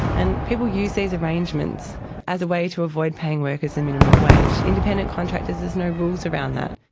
and people use these arrangements as a way to avoid paying workers the minimum wage. independent contractors, there's no rules around that.